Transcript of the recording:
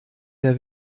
der